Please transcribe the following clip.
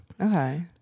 Okay